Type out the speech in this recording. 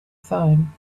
phone